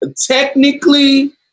technically